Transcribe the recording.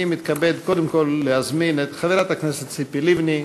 אני מתכבד קודם כול להזמין את חברת הכנסת ציפי לבני.